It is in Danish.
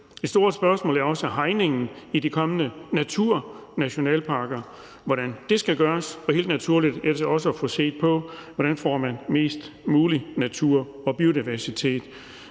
Det store spørgsmål er også hegningen i de kommende naturnationalparker, og hvordan det skal gøres, og helt naturligt også at få set på, hvordan man får mest muligt natur og biodiversitet.